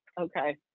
okay